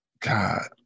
God